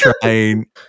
trying